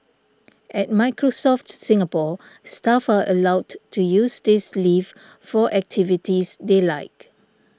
at Microsoft Singapore staff are allowed to use this leave for activities they like